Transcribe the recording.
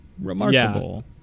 remarkable